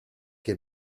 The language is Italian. che